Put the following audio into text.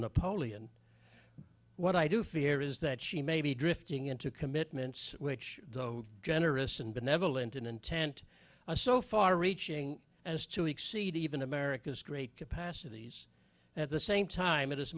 napoleon what i do fear is that she may be drifting into commitments which generous and benevolent in intent so far reaching as to exceed even america's great capacities at the same time it